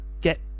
Get